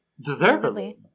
Deservedly